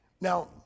Now